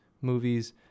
movies